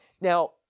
now